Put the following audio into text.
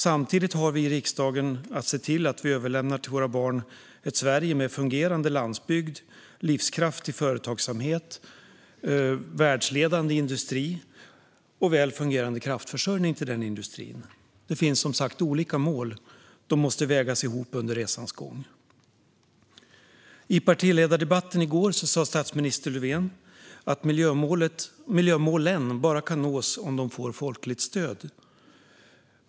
Samtidigt har vi i riksdagen att se till att vi överlämnar till våra barn ett Sverige med fungerande landsbygd, livskraftig företagsamhet, världsledande industri och väl fungerande kraftförsörjning till industrin. Det finns som sagt olika mål, och de måste vägas ihop under resans gång. I partiledardebatten i går sa statsminister Löfven att miljömålen bara kan nås om de får folkligt stöd.